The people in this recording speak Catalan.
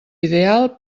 ideal